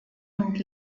und